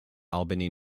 albany